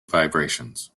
vibrations